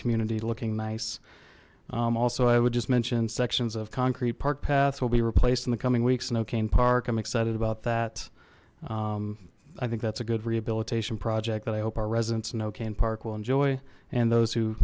community looking nice also i would just mention sections of concrete park paths will be replaced in the coming weeks no kane park i'm excited about that i think that's a good rehabilitation project that i hope our residents know cane park will enjoy and those who